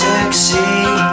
Sexy